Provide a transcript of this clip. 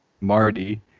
Marty